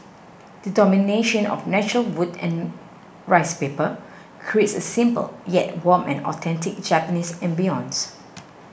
the domination of natural wood and rice paper creates a simple yet warm and authentic Japanese ambience